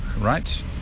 right